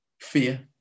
Fear